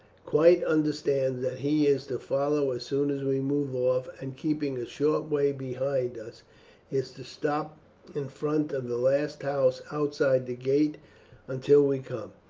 quite understands that he is to follow as soon as we move off, and keeping a short way behind us is to stop in front of the last house outside the gate until we come.